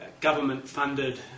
government-funded